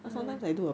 or